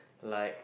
like